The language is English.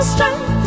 Strength